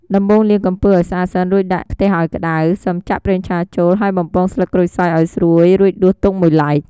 ដំបូងលាងកំពឹសឱ្យស្អាតសិន រួចដាក់ខ្ទះឱ្យក្តៅ សិមចាក់ប្រេងឆាចូល ហើយបំពងស្លឹកក្រូចសើចឱ្យស្រួយរួចដួសទុកមួយឡែក។